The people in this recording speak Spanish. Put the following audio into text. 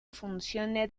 funcione